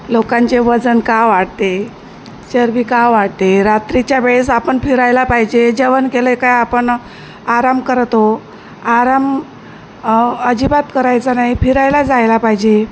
लोकांचे वजन का वाढते चरबी का वाढते रात्रीच्या वेळेस आपण फिरायला पाहिजे जेवण केले काय आपण आराम करतो आराम अजिबात करायचा नाही फिरायला जायला पाहिजे